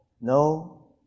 No